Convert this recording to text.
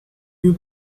you